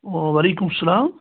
وعلیکُم السلام